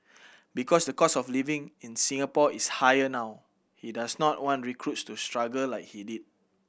because the cost of living in Singapore is higher now he does not want recruits to struggle like he did